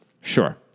sure